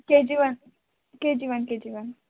K G one K G one K G one